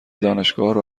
دانشگاه